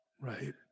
Right